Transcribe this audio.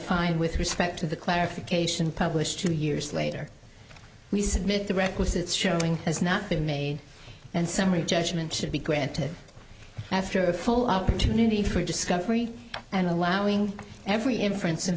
find with respect to the clarification published two years later we submit the requisite showing has not been made and summary judgment should be granted after a full opportunity for discovery and allowing every inference in